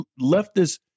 leftist